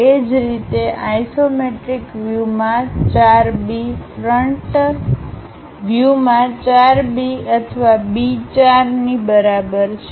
એ જ રીતે આઇસોમેટ્રિક વ્યૂમાં 4 B ફ્રન્ટલ વ્યૂમાં 4 B અથવા B 4 ની બરાબર છે